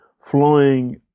flying